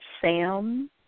Sam